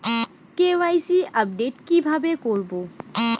KYC update কি ভাবে করবো?